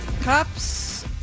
Cops